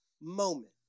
moment